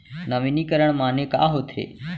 नवीनीकरण माने का होथे?